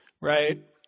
right